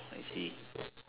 I see